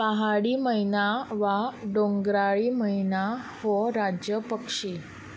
पहाडी मैना वा दोंगराळी मैना हो राज्य पक्षी